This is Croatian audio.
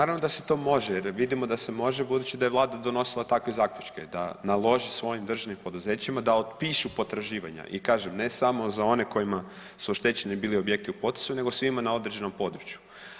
Naravno da se to može jer vidimo da se može budući da je Vlada donosila takve zaključke da naloži svojim državnim poduzećima da otpišu potraživanja i kažem, ne samo za one kojima su oštećeni bili objekti u potresu nego svima na određenom području.